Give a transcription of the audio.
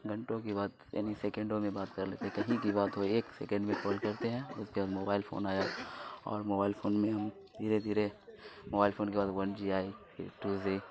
گھنٹوں کی بات یعنی سیکنڈوں میں بات کر لیتے کہیں کی بات ہو ایک سیکنڈ میں کال کرتے ہیں اس کے بعد موبائل فون آیا اور موبائل فون میں ہم دھیرے دھیرے موبائل فون کے بعد ون جی آئی پھر ٹو جی